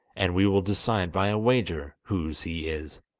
and we will decide by a wager whose he is